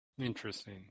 Interesting